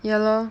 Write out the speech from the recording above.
ya lor